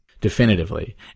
definitively